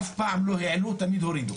אף פעם לא העלו, תמיד הורידו.